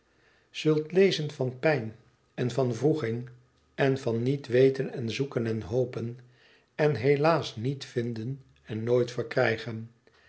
zult lezen van pijn en van wroeging en van niet weten en zoeken en hopen en helaas niet vinden en nooit verkrijgen